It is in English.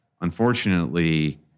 unfortunately